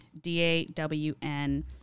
D-A-W-N